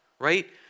Right